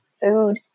food